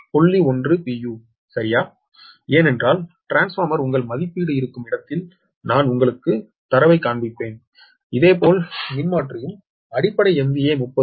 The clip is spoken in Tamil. u சரியா ஏனென்றால் டிரான்ஸ்ஃபார்மர் உங்கள் மதிப்பீடு இருக்கும் இடத்தில் நான் உங்களுக்கு தரவைக் காண்பிப்பேன் இதேபோல் மின்மாற்றிக்கும் அடிப்படை MVA 30